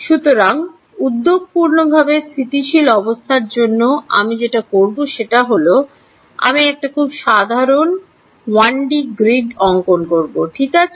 সুতরাং উদ্যোগপূর্ণ ভাবে স্থিতিশীল অবস্থার জন্য আমি যেটা করবো সেটা হলো আমি একটা খুব সাধারণ 1D গ্রিড অঙ্কন করব ঠিক আছে